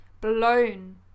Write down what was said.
blown